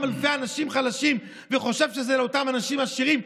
אלפי אנשים חלשים וחושב שזה לאותם אנשים עשירים,